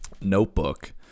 notebook